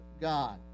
God